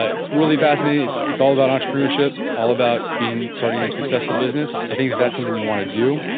ah it's really fascinating, it's it's all that entrepreneurship, all about being starting a successful business. i think that that's something you want to do.